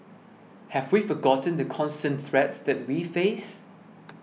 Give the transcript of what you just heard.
have we forgotten the constant threats that we face